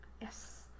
yes